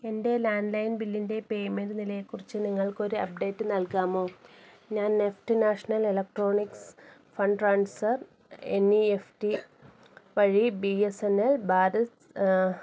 എൻ്റെ land line ബില്ലിൻ്റെ payment നിലയെക്കുറിച്ച് നിങ്ങൾക്കൊരു അപ്ഡേറ്റ് നൽകാമോ ഞാൻ NEFT national electronic fund transfer N E F T വഴി B S N L Bharat